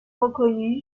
reconnu